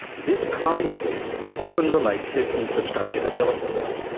this kind of lease often relates to infrastructure developments.